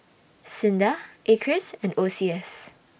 SINDA Acres and O C S